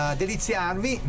deliziarvi